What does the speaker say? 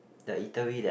the eatery that